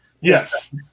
Yes